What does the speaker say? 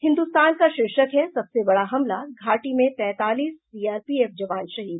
हिन्दुस्तान का शीर्षक है सबसे बड़ा हमला घाटी में तैंतालीस सीआरपीएफ जवान शहीद